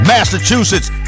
Massachusetts